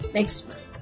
Next